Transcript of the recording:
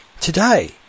today